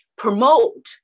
Promote